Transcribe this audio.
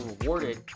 rewarded